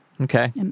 okay